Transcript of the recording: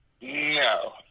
no